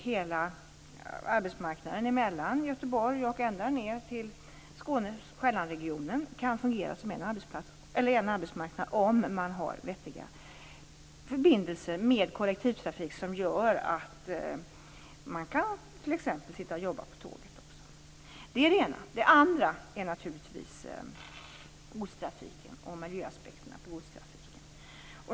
Hela arbetsmarknaden mellan Göteborg och ända ned till Skåne och Själlandsregionen kan fungera som en arbetsmarknad om man har vettiga förbindelser med kollektivtrafik som gör att man t.ex. kan sitta och jobba på tåget. Det är det ena. Det andra är naturligtvis godstrafiken och miljöaspekterna på godstrafiken.